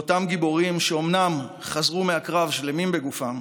לאותם גיבורים, שאומנם חזרו מהקרב שלמים בגופם